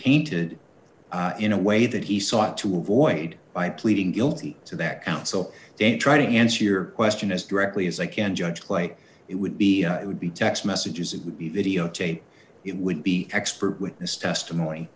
painted in a way that he sought to avoid by pleading guilty to that counsel they try to answer your question as directly as i can judge like it would be it would be text messages it would be videotape it would be expert witness testimony